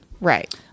Right